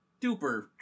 duper